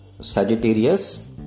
Sagittarius